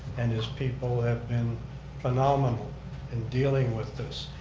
and his people have been phenomenal in dealing with this.